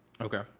Okay